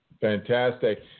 Fantastic